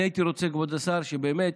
הייתי רוצה, כבוד השר, שבאמת,